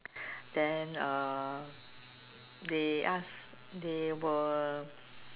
then uh they ask they were